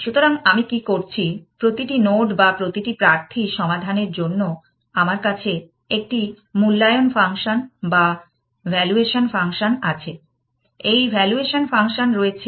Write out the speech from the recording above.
সুতরাং আমি কি করছি প্রতিটি নোড বা প্রতিটি প্রার্থী সমাধানের জন্য আমার কাছে একটি মূল্যায়ন ফাংশন বা ভালুয়েশান ফাংশন আছে